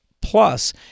Plus